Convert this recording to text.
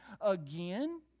Again